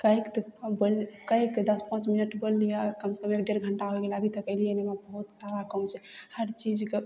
कहिके तऽ आब बोलि कहिके दश पाँच मिनट बोलि लियऽ कम से कम एक डेढ़ घंटा भए गेलै अभी तक अयलियै नहि हमरा बहुत सारा काम छै हर चीजके